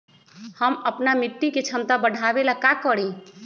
हम अपना मिट्टी के झमता बढ़ाबे ला का करी?